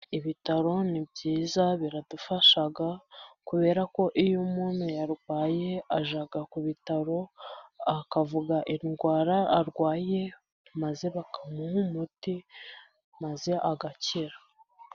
Ibitaro ni byiza biradufasha kubera ko iyo umuntu yarwaye ajya ku bitaro, akavuga indwara arwaye maze bakamuha umuti maze agakira.